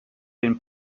den